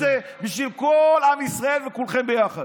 אני עושה את זה בשביל כל עם ישראל וכולכם ביחד.